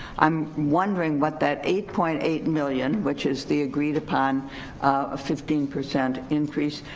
i'm wondering what that eight point eight million which is the agreed upon a fifteen percent increase,